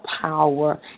power